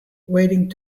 waiting